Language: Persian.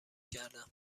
کردم